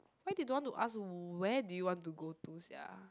why they don't want to ask where do you want to go to sia